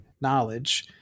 knowledge